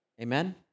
amen